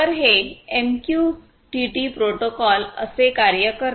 तर हे MQTT protocol असे कार्य करते